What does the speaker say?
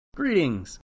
Greetings